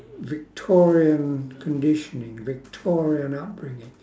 victorian conditioning victorian upbringing